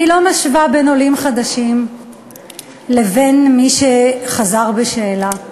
אני לא משווה בין עולים חדשים לבין מי שחזר בשאלה.